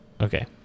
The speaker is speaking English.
Okay